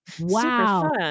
Wow